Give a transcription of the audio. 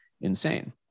insane